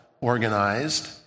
organized